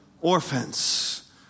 orphans